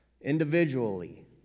Individually